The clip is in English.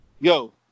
Yo